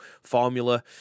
formula